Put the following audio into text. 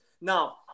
Now